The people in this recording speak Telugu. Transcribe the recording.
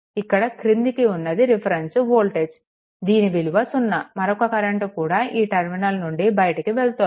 ఇక్కడ క్రింద ఉన్నది రిఫరెన్స్ వోల్టేజ్ దీని విలువ సున్నా మరొక కరెంట్ కూడా ఈ టర్మినల్ నుండి బయటికి వెళ్తోంది